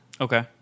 Okay